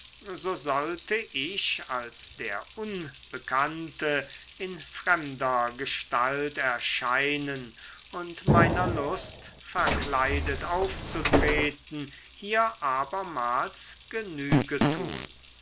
so sollte ich als der unbekannte in fremder gestalt erscheinen und meiner lust verkleidet aufzutreten hier abermals genüge tun